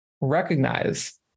recognize